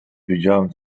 wiedziałem